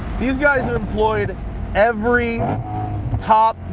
these guys are employed every top,